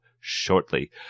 shortly